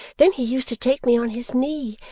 then he used to take me on his knee,